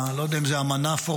אני לא יודע אם זאת אמנה פורמלית,